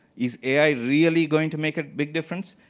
is ai really going to make a big difference?